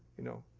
you know,